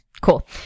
Cool